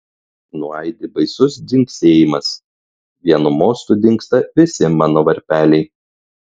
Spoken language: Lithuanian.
nuaidi baisus dzingsėjimas vienu mostu dingsta visi mano varpeliai